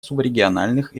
субрегиональных